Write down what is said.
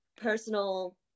personal